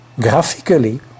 graphically